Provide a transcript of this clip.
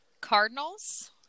Cardinals